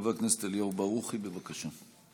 חבר הכנסת אליהו ברוכי, בבקשה.